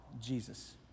Jesus